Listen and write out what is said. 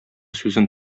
сүзен